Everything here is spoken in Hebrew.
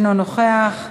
אינו נוכח,